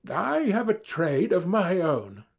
i have a trade of my own.